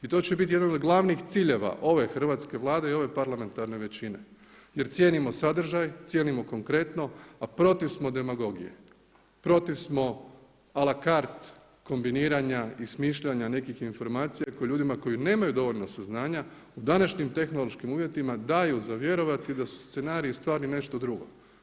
I to će biti jedan od glavnih ciljeva ove hrvatske Vlade i ove parlamentarne većine jer cijenimo sadržaj, cijenimo konkretno, a protiv smo demagogije, protiv smo a la cart kombiniranja i smišljanja nekih informacija koji ljudima, koji nemaju dovoljno saznanja u današnjim tehnološkim uvjetima daju za vjerovati da su scenariji u stvari nešto drugo.